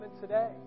today